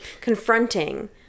confronting